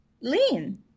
lean